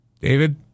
David